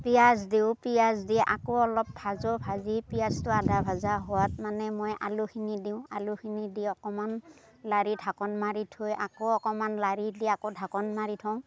পিয়াজ দিওঁ পিয়াজ দি আকৌ অলপ ভাজো ভাজি পিয়াজটো আধা ভজা হোৱাত মানে মই আলুখিনি দিওঁ আলুখিনি দি অকমান লাৰি ঢাকনিখন মাৰি থৈ আকৌ অকণমান লাৰি দি আকৌ ঢাকোন মাৰি থওঁ